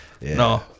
No